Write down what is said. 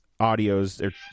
audios